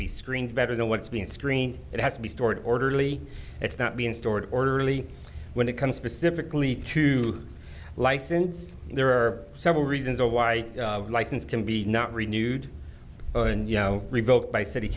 be screened better than what's being screened it has to be stored orderly it's not being stored orderly when it comes pacifically to license there are several reasons why license can be not renewed and you know revoked by city